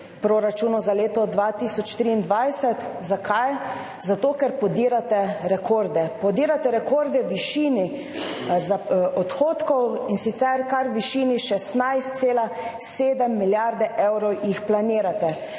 proračunu za leto 2023. Zakaj? Zato, ker podirate rekorde. Podirate rekorde v višini odhodkov, in sicer kar v višini 16,7 milijarde evrov jih planirate.